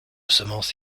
semence